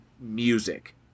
music